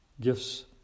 Gifts